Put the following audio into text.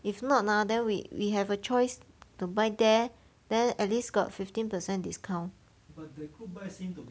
if not ah then we we have a choice to buy there then at least got fifteen percent discount